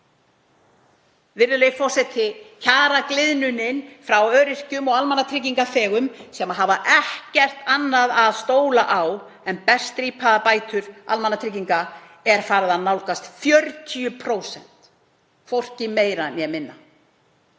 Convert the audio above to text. Virðulegi forseti. Kjaragliðnunin hjá öryrkjum og almannatryggingaþegum sem hafa ekkert annað að stóla á en berstrípaðar bætur almannatrygginga er farin að nálgast 40%, hvorki meira né minna.